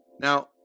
Now